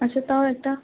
আচ্ছা তাও একটা